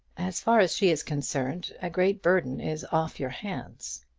as far as she is concerned, a great burden is off your hands.